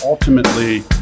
ultimately